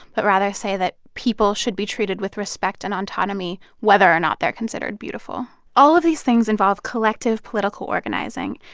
but rather say that people should be treated with respect and autonomy whether or not they're considered beautiful all of these things involve collective political organizing.